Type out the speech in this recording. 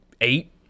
eight